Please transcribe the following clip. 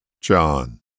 John